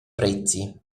prezi